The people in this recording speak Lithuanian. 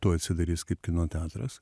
tuoj atsidarys kaip kino teatras